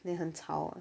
then 很吵